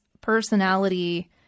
personality